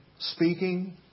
speaking